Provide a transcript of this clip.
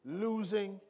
losing